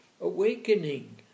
awakening